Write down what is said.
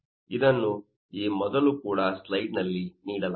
ಇದನ್ನು ಈ ಮೊದಲು ಕೂಡ ಸ್ಲೈಡ್ ನಲ್ಲಿ ನೀಡಲಾಗಿದೆ